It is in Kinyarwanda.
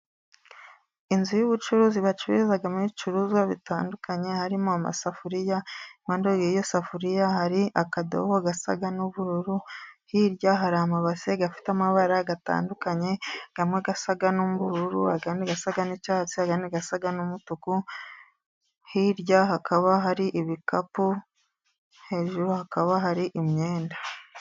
Inzu y'ubucuruzi bacururizamo ibicuruzwa bitandukanye harimo amasafuriya, iruhande rw'iyo safuriya hari akadobo gasa n'ubururu, hirya hari amabase afite amabara atandukanye, amwe asa n'ubururu, ayandi asa n'icyatsi, andi asa n'umutuku. Hirya hakaba hari ibikapu, hejuru hakaba hari imyenda.